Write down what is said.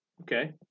Okay